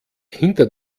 hinter